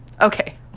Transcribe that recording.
Okay